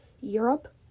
Europe